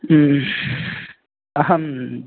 अहं